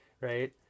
Right